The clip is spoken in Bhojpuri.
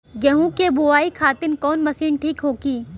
गेहूँ के बुआई खातिन कवन मशीन ठीक होखि?